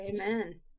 Amen